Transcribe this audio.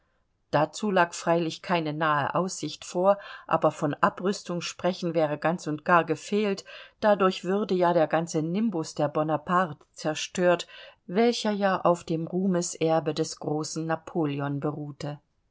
dazu lag freilich keine nahe aussicht vor aber von abrüstung sprechen wäre ganz und gar gefehlt dadurch würde ja der ganze nimbus der bonaparte zerstört welcher ja auf dem ruhmeserbe des großen napoleon beruhte